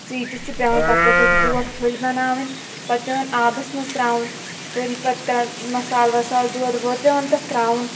ژیٖٹٕتِھ چھُ پٮ۪وان پَتہٕ تَتھ اَسہِ گول پھٔلۍ بَناوٕنۍ پَتہٕ پٮ۪وان آبَس منٛز ترٛاوُن چھُ پٮ۪وان پَتہٕ ترٛ مَصالہٕ وَصال دۄد وۄد پٮ۪وان تَتھ ترٛاوُن